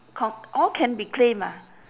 com~ all can be claimed ah